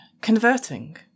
Converting